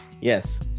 yes